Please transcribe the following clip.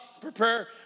prepare